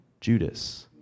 Judas